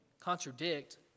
contradict